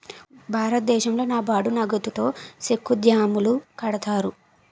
భారతదేశంలో నాబార్డు నగదుతో సెక్కు డ్యాములు కడతారు